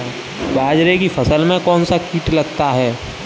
बाजरे की फसल में कौन सा कीट लगता है?